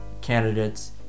candidates